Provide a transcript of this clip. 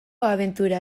abentura